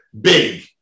Big